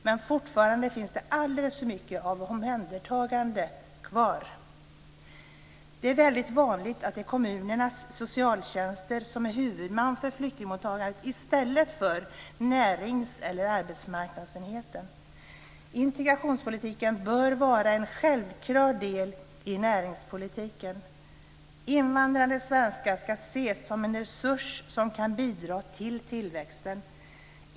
Men fortfarande finns alldeles för mycket av "omhändertagande" kvar. Det är väldigt vanligt att det är kommunernas socialtjänster som är huvudman för flyktingmottagandet i stället för närings eller arbetsmarknadsenheten. Integrationspolitiken bör vara en självklar del i näringspolitiken. Invandrade svenskar ska ses som en resurs som kan bidra till tillväxten.